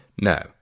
No